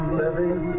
living